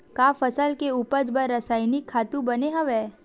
का फसल के उपज बर रासायनिक खातु बने हवय?